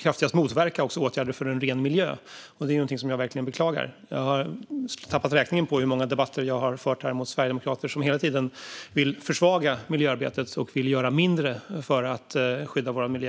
kraftigast motverka åtgärder för en ren miljö, vilket är någonting som jag verkligen beklagar. Jag har tappat räkningen på hur många debatter jag har fört här med sverigedemokrater som hela tiden vill försvaga miljöarbetet och göra mindre för att skydda vår miljö.